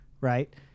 right